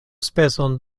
speson